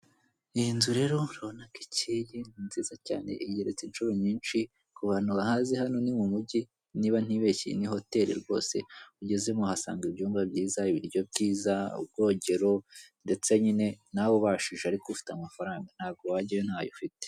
Iyi nzu rero urabona ko ikeye ni nziza cyane igeretse inshuro nyinshi, ku bantu bahazi hano ni mu mujyi niba ntibeshye iyi ni hoteli rwose ugezemo uhasanga ibyumba byiza, ibiryo byiza, ubwogero ndetse nyine nawe ubashije ariko ufite amafaranga ntago wajyayo ntayo ufite.